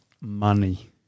Money